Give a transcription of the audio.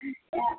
ம் ஆ